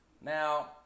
Now